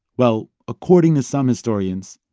well, according to some historians,